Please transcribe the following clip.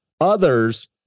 Others